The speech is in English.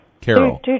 Carol